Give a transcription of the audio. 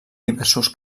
diversos